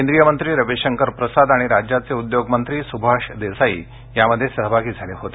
केंद्रीय मंत्री रविशंकर पेअसाद आणि राज्याचे उद्योगमंत्री स्भाष देसाई यामध्ये सहभागी झाले होते